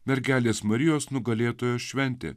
mergelės marijos nugalėtojos šventė